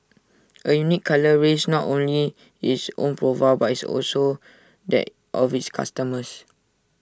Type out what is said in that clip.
A unique colour raises not only its own profile but its also that of its customers